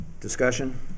discussion